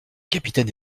capitaine